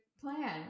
plan